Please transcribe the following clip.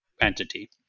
entity